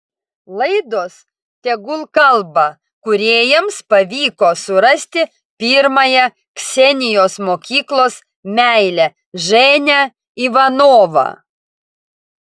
laidos tegul kalba kūrėjams pavyko surasti pirmąją ksenijos mokyklos meilę ženią ivanovą